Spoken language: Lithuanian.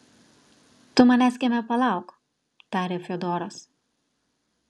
tu manęs kieme palauk tarė fiodoras